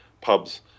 pubs